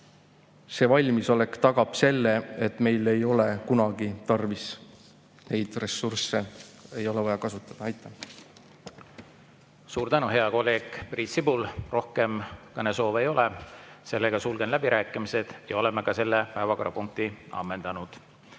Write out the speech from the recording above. valmisolek tagab selle, et meil ei ole kunagi tarvis neid ressursse kasutada. Aitäh! Suur tänu, hea kolleeg Priit Sibul! Rohkem kõnesoove ei ole. Sulgen läbirääkimised ja oleme selle päevakorrapunkti ammendanud.